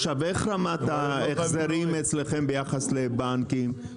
איך רמת ההחזרים אצלכם ביחס לבנקים?